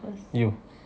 you